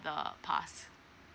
the pass